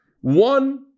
One